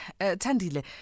Tandile